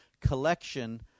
collection